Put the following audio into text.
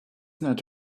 not